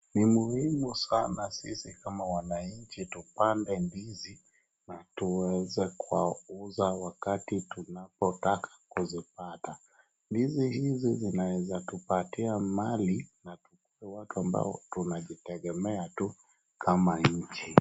Ni muhimu sana sisi kaa wananchi tupande ndizi na tuweze kuwauza wakati tunapotaka kuzipata. Ndizi hizi zinaweza tupatia mali na tuwe watu ammbao tunajitegemea tu kama nchi.